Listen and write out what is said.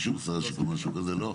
משהו כזה, לא?